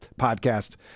podcast